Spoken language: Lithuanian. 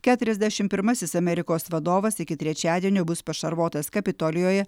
keturiasdešimt pirmasis amerikos vadovas iki trečiadienio bus pašarvotas kapitolijuje